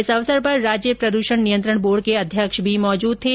इस अवसर पर राज्य प्रद्षण नियंत्रण बोर्ड के अध्यक्ष भी मौजूद थे